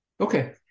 Okay